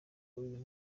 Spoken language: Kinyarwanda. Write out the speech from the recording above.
uyu